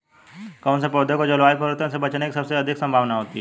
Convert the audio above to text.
कौन से पौधे को जलवायु परिवर्तन से बचने की सबसे अधिक संभावना होती है?